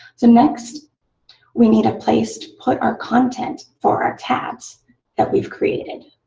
so next we need a place to put our content for our tabs that we've created.